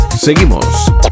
Seguimos